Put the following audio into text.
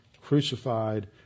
crucified